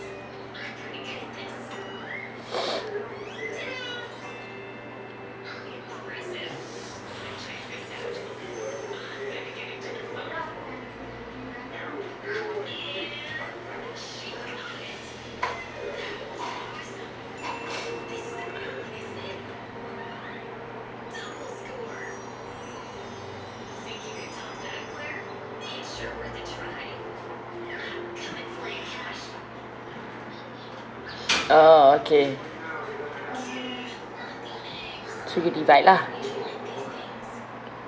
oh okay so you divide lah